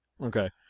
Okay